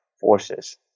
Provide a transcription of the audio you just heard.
forces